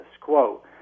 quo